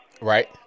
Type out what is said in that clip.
Right